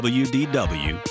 wdw